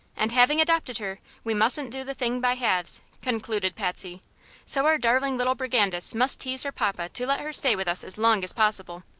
and, having adopted her, we mustn't do the thing by halves, concluded patsy so our darling little brigandess must tease her papa to let her stay with us as long as possible.